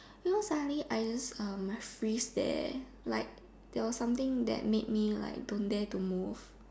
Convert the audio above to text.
don't know suddenly I just um must freeze there like there was something that make me don't dare to move